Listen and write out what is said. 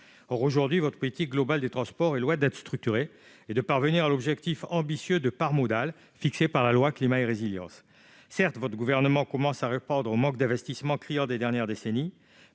or aujourd'hui votre politique globale des transports est loin d'être structuré et de parvenir à l'objectif ambitieux de part modale fixé par la loi climat et résilience certes votre gouvernement commence à répondre au manque d'investissement criant des dernières décennies,